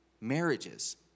Marriages